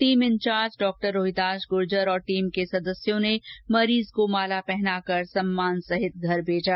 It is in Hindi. team incharge Dr Rohitash Gurjar और टीम के सदस्यों ने मरीज को माला पहनाकर सम्मान सहित घर भेजा